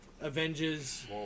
Avengers